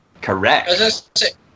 Correct